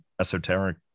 esoteric